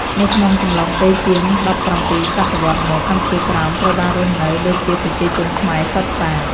នៅក្នុងកំឡុងពេលជាង ១៧សតវត្សរ៍មក កម្ពុជាក្រោមត្រូវបានរស់នៅដូចេជាប្រជាជនខ្មែរសុទ្ធសាធ ។